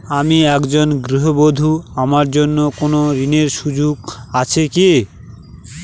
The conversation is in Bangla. আমি একজন গৃহবধূ আমার জন্য কোন ঋণের সুযোগ আছে কি?